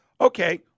Okay